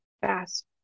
fast